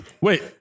Wait